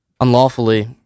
unlawfully